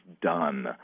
done